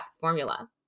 formula